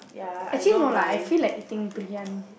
actually no lah I feel like eating briyani